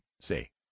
Say